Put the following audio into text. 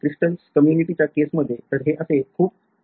photonic crystals community च्या केसमध्ये तर हे असे खुप वेळा केलेले आहे